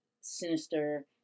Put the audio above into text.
sinister